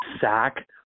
sack